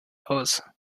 aus